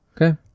Okay